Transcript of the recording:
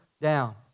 down